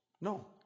no